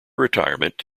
retirement